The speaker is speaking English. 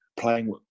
playing